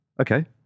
Okay